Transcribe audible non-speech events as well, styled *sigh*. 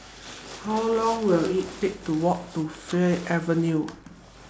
How Long Will IT Take to Walk to Fray Avenue *noise*